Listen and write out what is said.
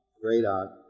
great-aunt